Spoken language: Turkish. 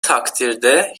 takdirde